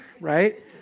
right